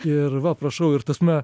ir va prašau ir ta prasme